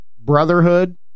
brotherhood